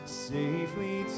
safely